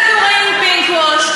לזה קוראים pinkwash,